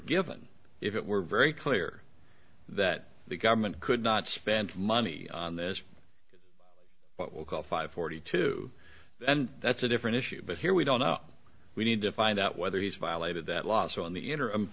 given if it were very clear that the government could not spend money on this what we call five forty two and that's a different issue but here we don't know we need to find out whether he's violated that laws on the interim